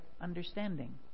understanding